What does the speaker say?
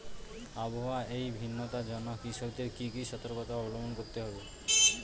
আবহাওয়ার এই ভিন্নতার জন্য কৃষকদের কি কি সর্তকতা অবলম্বন করতে হবে?